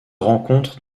rencontre